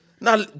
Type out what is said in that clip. Now